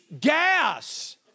gas